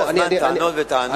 כל הזמן טענות וטענות,